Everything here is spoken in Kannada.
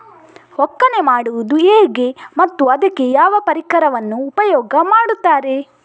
ಒಕ್ಕಣೆ ಮಾಡುವುದು ಹೇಗೆ ಮತ್ತು ಅದಕ್ಕೆ ಯಾವ ಪರಿಕರವನ್ನು ಉಪಯೋಗ ಮಾಡುತ್ತಾರೆ?